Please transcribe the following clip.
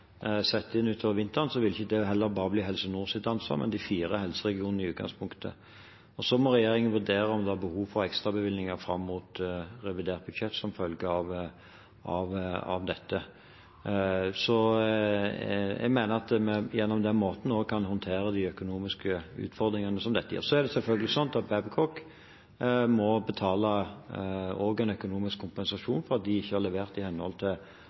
inn utover vinteren, vil ikke det bli bare Helse Nords, men i utgangspunktet de fire helseregionenes, ansvar. Så må regjeringen vurdere om det er behov for ekstrabevilgninger fram mot revidert budsjett som følge av dette. Jeg mener at vi på den måten også kan håndtere de økonomiske utfordringene dette gir. Det er selvfølgelig også slik at Babcock må betale en økonomisk kompensasjon for at de ikke har levert i henhold